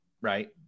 right